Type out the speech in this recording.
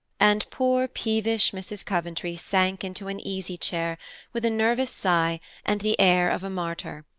and poor, peevish mrs. coventry sank into an easy chair with a nervous sigh and the air of a martyr,